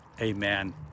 amen